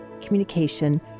communication